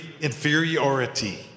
inferiority